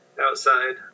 outside